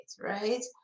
right